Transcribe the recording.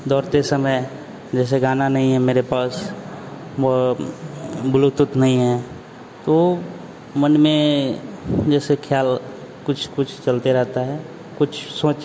और दौड़ते समय जैसे गाना नहीं है मेरे पास मो ब्लूतूथ नहीं है तो मन में जैसे ख्याल कुछ कुछ चलते रहता है कुछ सोच